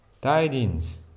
tidings